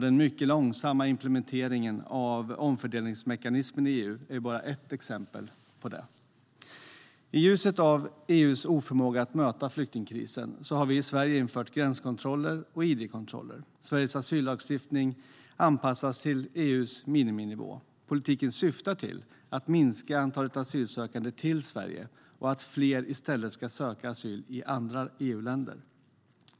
Den mycket långsamma implementeringen av omfördelningsmekanismen i EU är bara ett exempel på det. I ljuset av EU:s oförmåga att möta flyktingkrisen har vi i Sverige infört gränskontroller och id-kontroller. Sveriges asyllagstiftning anpassas till EU:s miniminivå. Politiken syftar till att minska antalet asylsökande till Sverige och att fler i stället ska söka asyl i andra EU-länder.